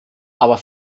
aber